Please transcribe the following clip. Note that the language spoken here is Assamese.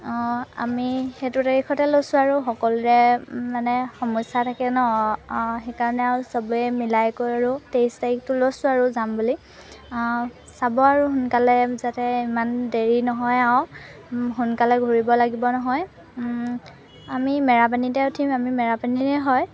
আমি সেইটো তাৰিখতে লৈছোঁ আৰু সকলোৰে মানে সমস্যা থাকে ন সেইকাৰণে আৰু চবেই মিলাই কৈ আৰু তেইছ তাৰিখটো লৈছোঁ আৰু যাম বুলি চাব আৰু সোনকালে যাতে ইমান দেৰি নহয় আৰু সোনকালে ঘূৰিব লাগিব নহয় আমি মেৰাপানীতে উঠিম আমি মেৰাপানীৰে হয়